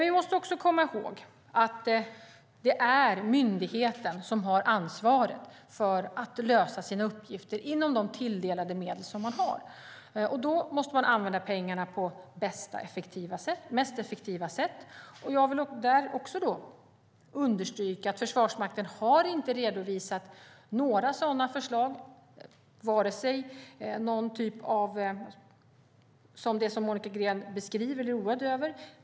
Vi måste också komma ihåg att det är myndigheten som har ansvaret för att lösa sina uppgifter inom de tilldelade medel som den har. Man måste använda pengarna på bästa och mest effektiva sätt. Jag vill understryka att Försvarsmakten inte har redovisat några sådana förslag som Monica Green beskriver och är oroad över.